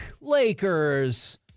Lakers